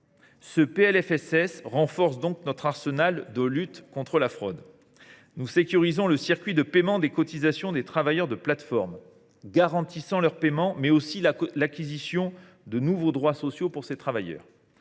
Ce PLFSS renforce donc notre arsenal de lutte contre la fraude. Nous sécurisons le circuit de paiement des cotisations des travailleurs des plateformes, en garantissant non seulement le paiement, mais aussi l’acquisition de nouveaux droits sociaux pour ces travailleurs.